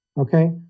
Okay